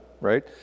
right